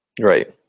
Right